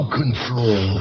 control